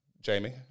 Jamie